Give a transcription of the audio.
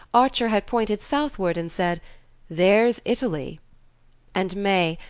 archer had pointed southward and said there's italy and may,